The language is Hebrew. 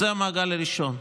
אז זה המעגל הראשון.